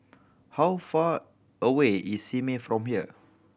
how far away is Simei from here